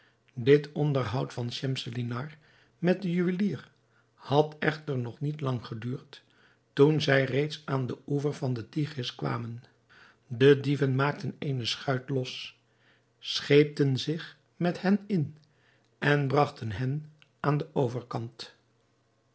dit onderhoud van schemselnihar met den juwelier had echter nog niet lang geduurd toen zij reeds aan den oever van den tigris kwamen de dieven maakten eene schuit los scheepten zich met hen in en bragten hen aan den overkant